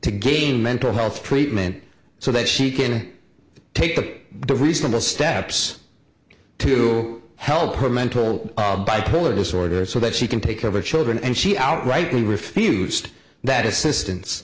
to gain mental health treatment so that she can take the reasonable steps to help her mental polar disorder so that she can take over children and she outrightly refused that assistance